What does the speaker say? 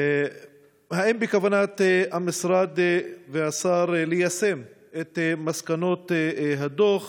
רצוני לשאול: 1. האם בכוונת המשרד והשר ליישם את מסקנות הדוח?